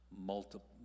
Multiple